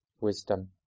wisdom